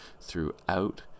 throughout